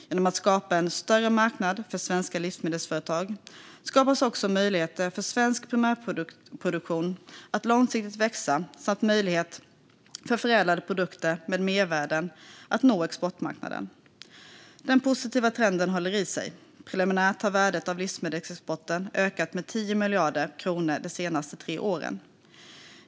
Genom att skapa en större marknad för svenska livsmedelsföretag skapas också möjligheter för svensk primärproduktion att långsiktigt växa samt möjligheter för förädlade produkter med mervärden att nå exportmarknaden. Den positiva trenden håller i sig. Preliminärt har värdet av livsmedelsexporten ökat med 10 miljarder kronor de senaste tre åren.